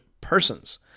persons